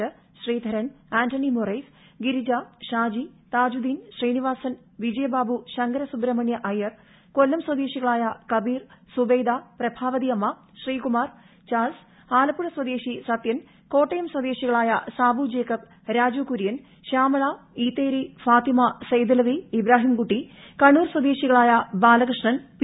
നേമം സ്വദേശി ശ്രീധരൻ ആന്റണി മോറൈസ് ഗിരിജ ്ഷാജി താജുദ്ദീൻ ശ്രീനിവാസൻ വിജയബാബു ശങ്കര സുബ്രഹ്മണ്യ അയ്യർ കൊല്ലം സ്വദേശികളായ കബീർ സുബൈദ പ്രഭാവതി അമ്മ ശ്രീകുമാർ ചാൾസ് ആലപ്പുഴ സ്വദേശി സത്യൻ കോട്ടയം സ്വദേശികളായ സാബു ജേക്കബ് രാജു കുര്യൻ ശ്യാമള ഈതേരി ഫാത്തിമ സെയ്ദലവി ഇബ്രാഹീം കുട്ടി കണ്ണൂർ സ്വദേശകളായ ബാലകൃഷ്ണൻ പി